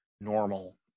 normal